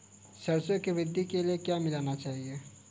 सरसों की वृद्धि के लिए क्या मिलाना चाहिए?